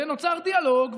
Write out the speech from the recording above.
ונוצר דיאלוג,